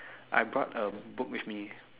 I brought a book with me